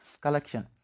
collection